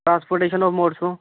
transportation of modes ਤੋਂ